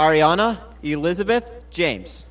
arianna elizabeth james